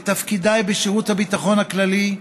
בתפקידיי בשירות הביטחון הכללי,